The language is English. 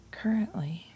currently